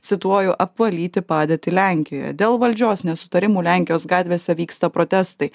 cituoju apvalyti padėtį lenkijoje dėl valdžios nesutarimų lenkijos gatvėse vyksta protestai